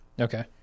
Okay